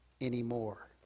anymore